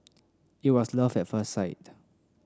it was love at first sight